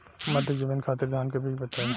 मध्य जमीन खातिर धान के बीज बताई?